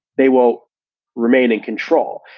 they will remain in control.